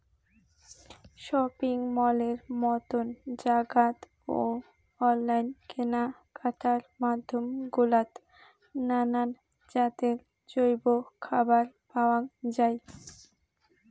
shopping মলের মতন জাগাত ও অনলাইন কেনাকাটার মাধ্যম গুলাত নানান জাতের জৈব খাবার পাওয়াং যাই